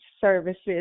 services